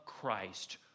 Christ